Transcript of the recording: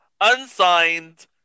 unsigned